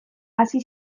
hasi